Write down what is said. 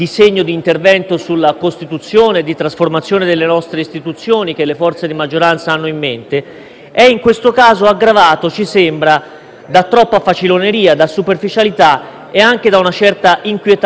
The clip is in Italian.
da troppa faciloneria e superficialità e anche da una certa inquietante sprovvedutezza. Notiamo questo. È stata fatta la guerra quando abbiamo approvato l'ultima legge elettorale